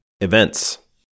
Events